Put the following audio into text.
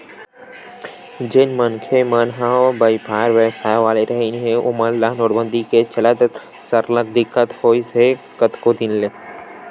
जेन मनखे मन ह बइपार बेवसाय वाले रिहिन हे ओमन ल नोटबंदी के चलत सरलग दिक्कत होइस हे कतको दिन ले